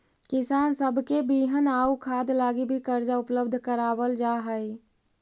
किसान सब के बिहन आउ खाद लागी भी कर्जा उपलब्ध कराबल जा हई